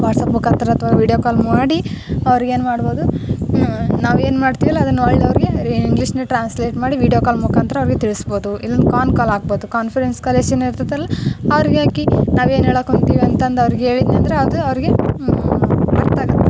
WhatsApp ಮುಖಾಂತರ ಅಥ್ವಾ video call ಮಾಡಿ ಅವ್ರ್ಗೇನು ಮಾಡ್ಬೋದು ನಾವೇನು ಮಾಡ್ತೀವಲ್ಲ ಅದನ್ನ ಒಳ್ಳೆಯವ್ರ್ಗೆ ಈ ಇಂಗ್ಲಿಷ್ನ ಟ್ರಾನ್ಸ್ಲೇಟ್ ಮಾಡಿ ವೀಡ್ಯೊ ಕಾಲ್ ಮುಖಾಂತರ ಅವ್ರಿಗೆ ತಿಳಿಸ್ಬೋದು ಇಲ್ಲ ಕಾನ್ ಕಾಲ್ ಹಾಕ್ಬೋದು ಕಾನ್ಫರೆನ್ಸ್ ಕಾಲ್ ಎಷ್ಟು ಜನ ಇರ್ತೈತಲ್ಲ ಅವ್ರ್ಗೆ ಆಕೆ ನಾವೇನು ಹೇಳೋಕೆ ಹೊಂಟೀವಿ ಅಂತಂದು ಅವ್ರ್ಗೆ ಹೇಳೀನಿ ಅಂದ್ರೆ ಅದು ಅವ್ರಿಗೆ ಅರ್ಥ ಆಗುತ್ತೆ